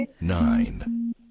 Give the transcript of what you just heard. nine